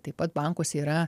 taip pat bankuose yra